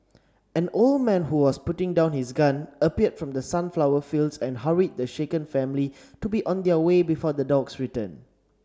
an old man who was putting down his gun appeared from the sunflower fields and hurried the shaken family to be on their way before the dogs return